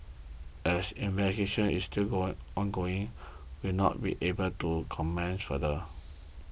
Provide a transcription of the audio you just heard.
as investigation is still ongoing we will not be able to comment further